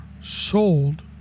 sold